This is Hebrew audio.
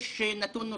יש נתון נוסף,